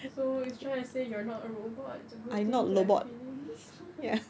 so is trying to say you're not a robot it's a good thing to have feelings